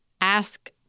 Ask